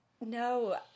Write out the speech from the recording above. No